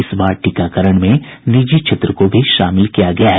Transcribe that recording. इस बार टीकाकरण में निजी क्षेत्र को भी शामिल किया गया है